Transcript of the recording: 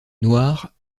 noire